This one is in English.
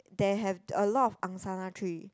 there have a lot of angsana tree